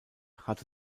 hatte